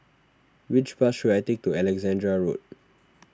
which bus should I take to Alexandra Road